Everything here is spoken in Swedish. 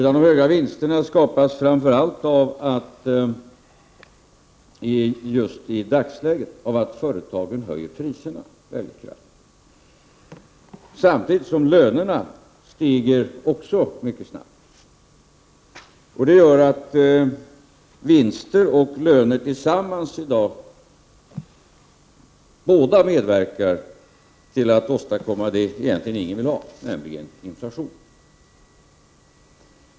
De höga vinsterna i dagens läge skapas framför allt av att företagen höjer priserna mycket kraftigt samtidigt som lönerna stiger mycket snabbt. Det gör att vinsterna och lönerna tillsammans medverkar till att åstadkomma det ingen egentligen vill ha, inflation.